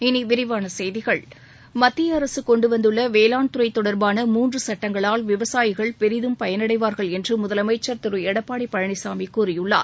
இனி விரிவான செய்திகள் மத்திய அரசு கொண்டு வந்துள்ள வேளாண் துறை தொடர்பான மூன்று சுட்டங்களால் விவசாயிகள் பெரிதும் பயனடைவார்கள் என்று முதலமைச்சர் திரு எடப்பாடி பழனிசாமி கூறியுள்ளார்